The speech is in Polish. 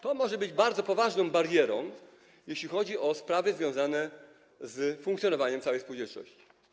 To może być bardzo poważną barierą, jeśli chodzi o sprawy związane z funkcjonowaniem całej spółdzielczości.